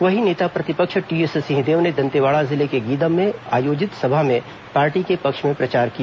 वहीं नेता प्रतिपक्ष टीएस सिंहदेव ने दंतेवाड़ा जिले के गीदम में आयोजित सभा में पार्टी के पक्ष में प्रचार किया